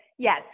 Yes